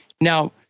Now